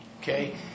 okay